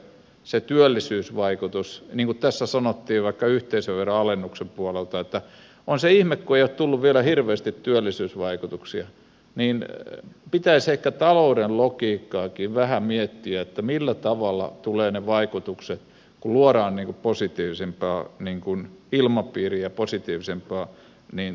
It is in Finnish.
niin kuin tässä sanottiin vaikka yhteisöveroalennuksen puolelta että on se ihme kun ei ole vielä hirveästi tullut työllisyysvaikutuksia niin pitäisi ehkä talouden logiikkaakin vähän miettiä että millä tavalla ne vaikutukset tulevat kun luodaan positiivisempaa ilmapiiriä ja positiivisempaa toimintatapaa